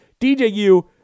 DJU